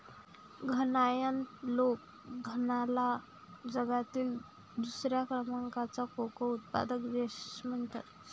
घानायन लोक घानाला जगातील दुसऱ्या क्रमांकाचा कोको उत्पादक देश म्हणतात